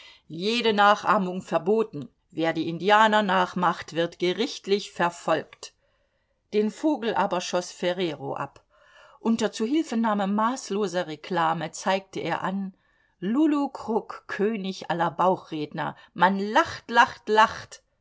jede nachahmung verboten wer die idianer nachmacht wird gerichtlich verfolgt den vogel aber schoß ferrero ab unter zuhilfenahme maßloser reklame zeigte er an lullu cruck könig aller bauchredner man lacht lacht lacht